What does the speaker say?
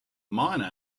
miner